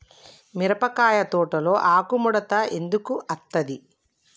మిరపకాయ తోటలో ఆకు ముడత ఎందుకు అత్తది?